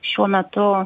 šiuo metu